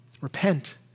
Repent